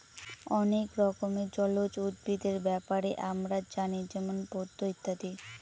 অনেক রকমের জলজ উদ্ভিদের ব্যাপারে আমরা জানি যেমন পদ্ম ইত্যাদি